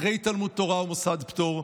אחרי תלמוד תורה ומוסד פטור.